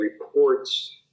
reports